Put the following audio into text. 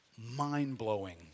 mind-blowing